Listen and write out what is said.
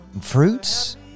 fruits